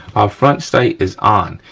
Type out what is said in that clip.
our front sight is on.